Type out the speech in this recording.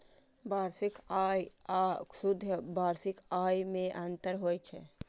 वार्षिक आय आ शुद्ध वार्षिक आय मे अंतर होइ छै